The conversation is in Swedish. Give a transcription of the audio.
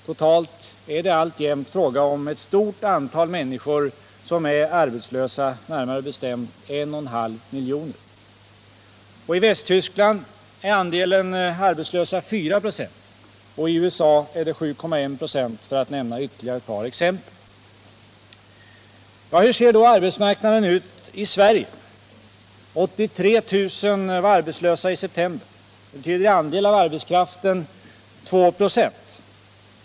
Totalt är det alltjämt fråga om ett stort antal arbetslösa, närmare bestämt 1,5 miljoner. I Västtyskland är andelen arbetslösa 4 26 och i USA 7,1 96, för att nämna ytterligare ett par exempel. Hur ser då arbetsmarknaden ut i Sverige? 83 000 var arbetslösa i september. Det betyder i andel av arbetskraften 2 26.